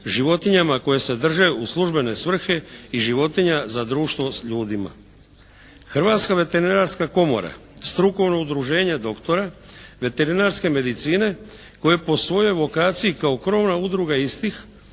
životinjama koje se drže u službene svrhe i životinja za društvo s ljudima. Hrvatska veterinarska komora, strukovno udruženje doktora veterinarske medicine koje po svojoj lokaciji kao krovna udruga istih